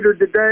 today